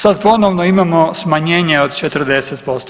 Sad ponovno imamo smanjenje od 40%